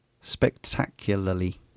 spectacularly